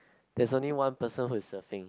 there is only one person who is surfing